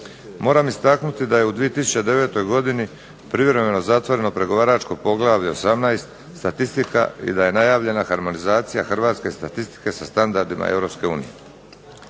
Moram istaknuti da je u 2009. godini privremeno zatvoreno pregovaračko poglavlje 18- Statistika i da je najavljena harmonizacija hrvatske statistike sa standardima EU.